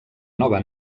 nova